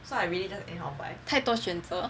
太多选择